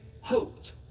hoped